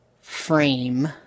frame